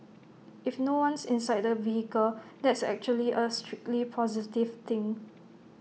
if no one's inside the vehicle that's actually A strictly positive thing